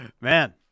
man